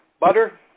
Butter